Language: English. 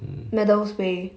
medal's way